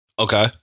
Okay